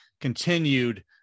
continued